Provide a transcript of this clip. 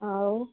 ଆଉ